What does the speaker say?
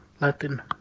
Latin